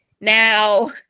Now